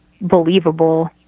believable